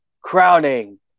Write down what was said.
crowning